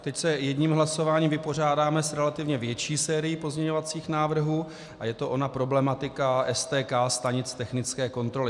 Teď se jedním hlasováním vypořádáme s relativně větší sérií pozměňovacích návrhů a je to ona problematika STK, stanic technické kontroly.